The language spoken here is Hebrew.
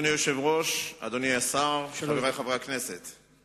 תודה לסגן השר ותודה לחבר הכנסת אופיר פינס.